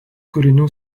kūrinių